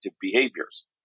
behaviors